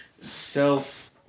self